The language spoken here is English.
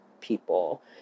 people